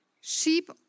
Sheep